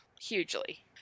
hugely